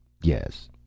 Yes